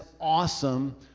awesome